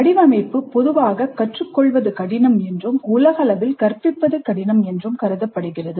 வடிவமைப்பு பொதுவாக கற்றுக்கொள்வது கடினம் என்றும் உலகளவில் கற்பிப்பது கடினம் என்றும் கருதப்படுகிறது